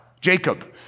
Jacob